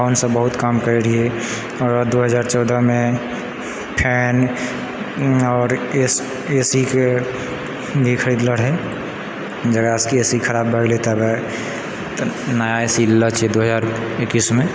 फोनसँ बहुत काम करै रहियै आओर दू हजार चौदहमे फैन आओर एसीके भी खरीद लऽ रहै जकरा सबके एसी खराब भए गेलै तब नया एसी लेलऽ छियै दू हजार एक्कैसमे